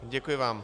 Děkuji vám.